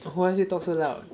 who ask you talk so loud